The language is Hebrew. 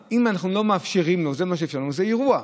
אם אנחנו לא מאפשרים לו תשלום במזומן, זה אירוע: